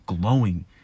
glowing